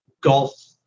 golf